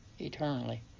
eternally